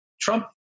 Trump